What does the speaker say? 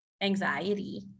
Anxiety